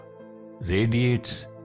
radiates